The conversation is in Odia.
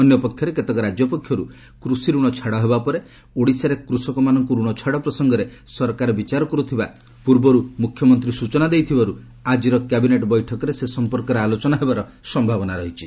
ଅନ୍ୟ ପକ୍ଷରେ କେତେକ ରାଜ୍ୟ ପକ୍ଷରୁ କୃଷି ରଣ ଛାଡ଼ ହେବା ପରେ ଓଡ଼ିଶାରେ କୃଷକମାନଙ୍କୁ ଋଣ ଛାଡ଼ ପ୍ରସଙ୍ଗରେ ସରକାର ବିଚାର କରୁଥିବା ପୂର୍ବରୁ ମୁଖ୍ୟମନ୍ତ୍ରୀ ସୂଚନା ଦେଇଥିବାରୁ ଆଜିର କ୍ୟାବିନେଟ୍ ବୈଠକରେ ସେ ସମ୍ପର୍କରେ ଆଲୋଚନା ହେବାର ସମ୍ଭାବନା ରହିଛି